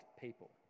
people